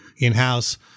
in-house